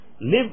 live